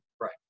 Right